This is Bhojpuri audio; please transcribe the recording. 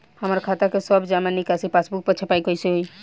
हमार खाता के सब जमा निकासी पासबुक पर छपाई कैसे होई?